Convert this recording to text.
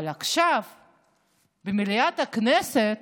אבל עכשיו במליאת הכנסת,